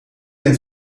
het